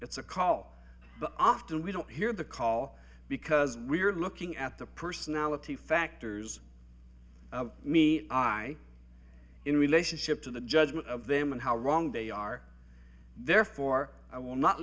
it's a call but often we don't hear the call because we are looking at the personality factors of me i in relationship to the judgement of them and how wrong they are therefore i will not